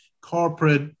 corporate